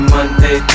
Monday